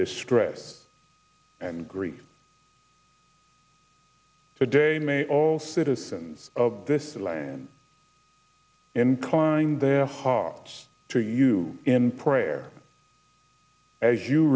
distress and grief today may all citizens of this land inclined their hearts to you in prayer as you